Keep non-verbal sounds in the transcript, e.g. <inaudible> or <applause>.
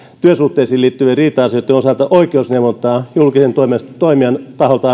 työsuhteisiin liittyvien riita asioitten osalta antamalla oikeusneuvontaa julkisen toimijan toimijan taholta <unintelligible>